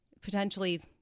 potentially